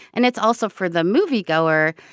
and it's also for the moviegoer,